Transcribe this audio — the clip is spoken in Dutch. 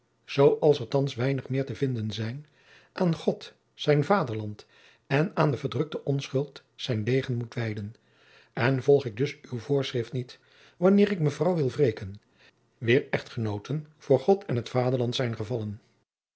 er thands weinig meer te vinden zijn aan zijn god zijn vaderland en aan de verdrukte onschuld zijn degen moet wijden en volg ik dus uw voorschrift niet wanneer ik mevrouw wil wreken wier echtgenoten voor god en t vaderland zijn gevallen